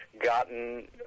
Gotten